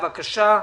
בבקשה,